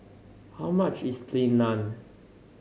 how much is Plain Naan